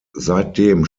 seitdem